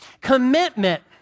Commitment